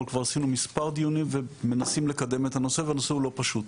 אבל כבר עשינו מספר דיונים ומנסים לקדם את הנושא והנושא הוא לא פשוט.